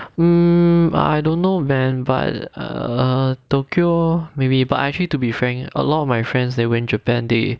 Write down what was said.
hmm I don't know man but err tokyo maybe but actually to be frank a lot of my friends they went japan they